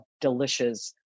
delicious